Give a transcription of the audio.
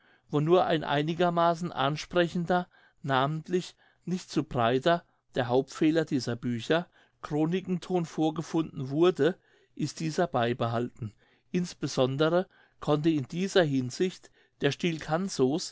wo nur ein einigermaßen ansprechender namentlich nicht zu breiter der hauptfehler dieser bücher chronikenton vorgefunden wurde ist dieser beibehalten insbesondere konnte in dieser hinsicht der